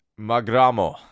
Magramo